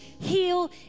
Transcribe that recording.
heal